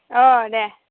औ दे